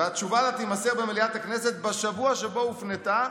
והתשובה לה תימסר במליאת הכנסת בשבוע שבו הופנתה,